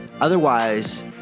Otherwise